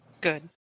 Good